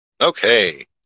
Okay